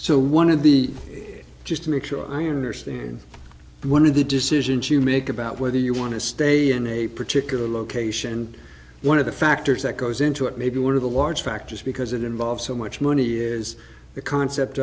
so one of the just to make sure i understand one of the decisions you make about whether you want to stay in a particular location one of the factors that goes into it may be one of the large factors because it involves so much money is the concept